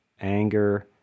anger